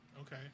Okay